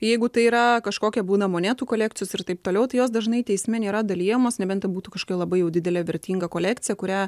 jeigu tai yra kažkokia būna monetų kolekcijos ir taip toliau tai jos dažnai teisme nėra dalijamos nebent būtų kažkokia labai jau didelė vertinga kolekcija kurią